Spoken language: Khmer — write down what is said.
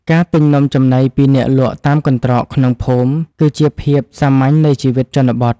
ការទិញនំចំណីពីអ្នកលក់តាមកន្ត្រកក្នុងភូមិ គឺជាភាពសាមញ្ញនៃជីវិតជនបទ។